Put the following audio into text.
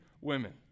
women